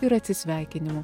ir atsisveikinimų